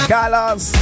Carlos